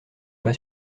pas